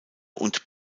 und